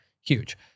huge